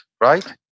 right